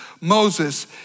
Moses